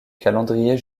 calendrier